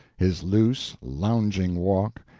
his loose, lounging walk,